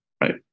right